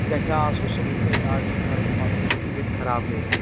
گَژھہِ ہا آسُن صُبنٕے کیازِ آز چھُ گَرمُک مسلہٕ چھُ یہِ گَژھِ خراب گرِ